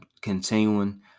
continuing